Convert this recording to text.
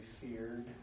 feared